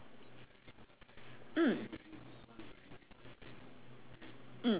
mm mm